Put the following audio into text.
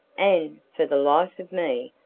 and, for the life of me,